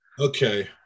Okay